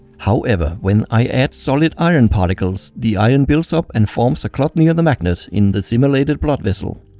however, when i add solid iron particles the iron builds up and forms a clot near the magnet in the simulated blood vessel.